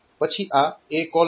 પછી આ ACALL DELY છે